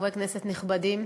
חברי כנסת נכבדים,